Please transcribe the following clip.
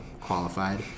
qualified